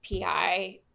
PI